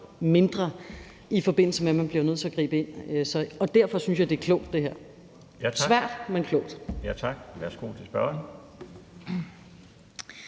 mindre, i forbindelse med at man bliver nødt til at gribe ind. Og derfor synes jeg, det her er klogt – svært, men klogt. Kl. 12:43 Den fg.